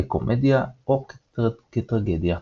כקומדיה או כטרגדיה.